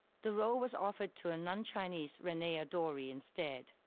the role was offered to a non-chinese renee adoree instead.